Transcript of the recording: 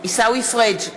עיסאווי פריג'